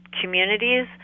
communities